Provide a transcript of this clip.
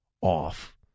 off